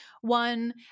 one